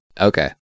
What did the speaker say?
Okay